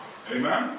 Amen